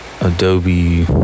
Adobe